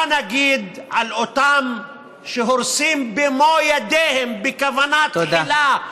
מה נגיד על אותם שהורסים במו ידיהם בכוונה תחילה,